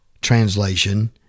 translation